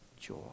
joy